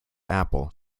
apple